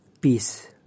Peace